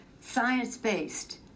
science-based